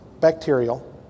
bacterial